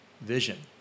vision